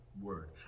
word